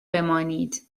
بمانید